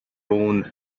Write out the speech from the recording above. own